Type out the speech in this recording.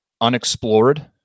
unexplored